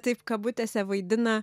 taip kabutėse vaidina